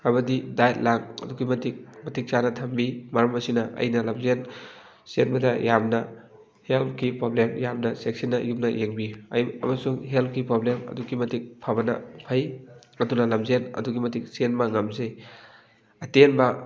ꯍꯥꯏꯕꯗꯤ ꯗꯥꯏꯠ ꯂꯥꯡ ꯑꯗꯨꯛꯀꯤ ꯃꯇꯤꯛ ꯃꯇꯤꯛ ꯆꯥꯅ ꯊꯝꯕꯤ ꯃꯔꯝ ꯑꯁꯤꯅ ꯑꯩꯅ ꯂꯝꯖꯦꯜ ꯆꯦꯟꯕꯗ ꯌꯥꯝꯅ ꯍꯦꯜꯠꯀꯤ ꯄ꯭ꯔꯣꯕ꯭ꯂꯦꯝ ꯌꯥꯝꯅ ꯆꯦꯛꯁꯤꯟꯅ ꯌꯨꯝꯅ ꯌꯦꯡꯕꯤ ꯑꯃꯁꯨꯡ ꯍꯦꯜꯠꯀꯤ ꯄ꯭ꯔꯣꯕ꯭ꯂꯦꯝ ꯑꯗꯨꯛꯀꯤ ꯃꯇꯤꯛ ꯐꯕꯅ ꯐꯩ ꯑꯗꯨꯅ ꯂꯝꯖꯦꯜ ꯑꯗꯨꯛꯀꯤ ꯃꯇꯤꯛ ꯆꯦꯟꯕ ꯉꯝꯖꯩ ꯑꯇꯦꯟꯕ